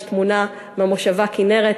יש תמונה מהמושבה כינרת,